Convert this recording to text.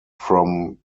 from